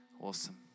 awesome